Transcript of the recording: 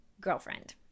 girlfriend